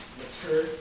mature